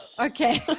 okay